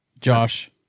josh